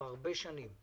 כבר הרבה שנים,